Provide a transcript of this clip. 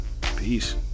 Peace